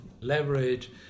leverage